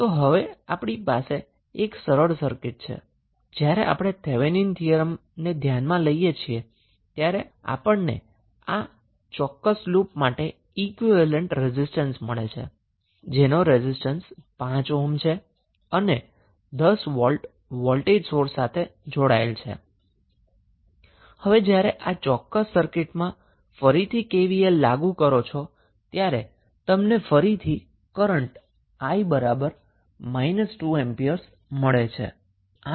તો હવે આપણી પાસે ખુબ સરળ સર્કિટ છે જ્યારે આપણે થેવેનિન થીયરીને ધ્યાનમાં લઈએ છીએ અને આપણને 5 ઓહ્મ રેઝિસ્ટન્સ તરીકે આ ચોક્કસ લુપનો ઈક્વીવેલેન્ટ રેઝિસ્ટન્સ મળે છે અને 10 વોલ્ટ વોલ્ટેજ સોર્સ સાથે જોડેલ છે જ્યારે તમે આ ચોક્કસ સર્કિટમાં ફરીથી KVL લાગુ કરો છો ત્યારે તમને ફરીથી કરન્ટ 𝑖−2A મળે છે